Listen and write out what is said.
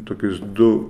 tokius du